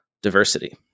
Diversity